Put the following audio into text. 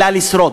אלא לשרוד.